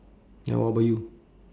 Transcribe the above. ya what about you